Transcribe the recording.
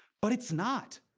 but it's not.